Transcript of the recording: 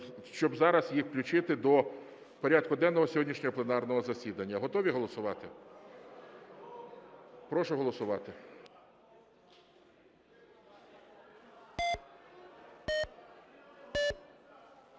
щоб зараз їх включити до порядку денного сьогоднішнього пленарного засідання. Готові голосувати? Прошу голосувати.